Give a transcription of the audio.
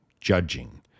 judging